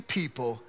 people